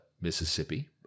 Mississippi